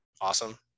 awesome